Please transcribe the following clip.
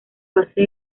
base